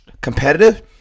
competitive